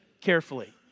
carefully